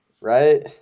right